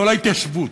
לא להתיישבות.